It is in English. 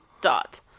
dot